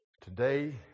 today